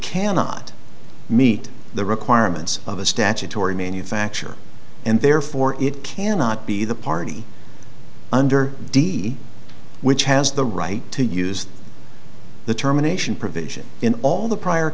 cannot meet the requirements of a statutory manufacture and therefore it cannot be the party under d which has the right to use the terminations provision in all the prior